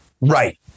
right